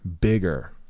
bigger